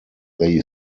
they